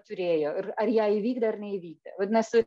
turėjo ir ar ją įvykdė ar neįvykdė vadinasi